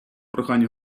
прохання